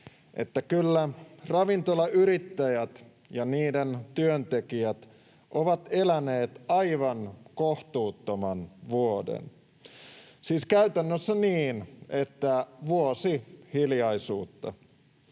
kyllä ravintolayrittäjät ja ravintoloiden työntekijät ovat eläneet aivan kohtuuttoman vuoden — siis käytännössä niin, että vuosi hiljaisuutta.